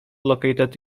located